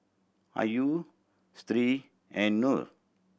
Ayu Sri and Nor